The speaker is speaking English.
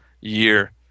year